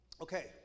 Okay